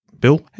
Bill